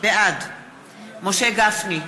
בעד משה גפני,